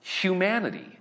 humanity